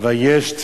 "וישת